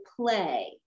play